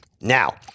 Now